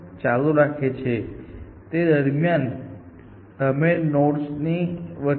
તેથી તમને ખરેખર જે રસ હશે તે સ્પેસ સેવિંગ એલ્ગોરિધમમાં છે જે વિસ્તરણની પસંદગી કરી રહેલા નોડ્સની દ્રષ્ટિએ A જેવું વર્તન કરે છે